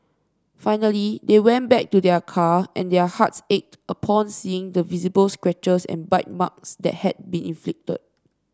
finally they went back to their car and their hearts ached upon seeing the visible scratches and bite marks that had been inflicted